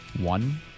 One